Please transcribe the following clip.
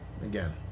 again